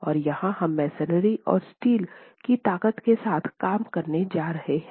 और यहाँ हम मसोनरी और स्टील की ताकत के साथ काम करने जा रहे हैं